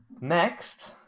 Next